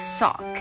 Sock